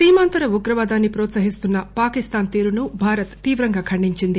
సీమాంతర ఉగ్రవాదాన్ని ప్రోత్పహిస్తున్న పాకిస్తాన్ తీరును భారత్ తీవ్రంగా ఖండించింది